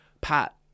Pat